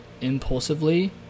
impulsively